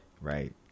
Right